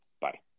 Bye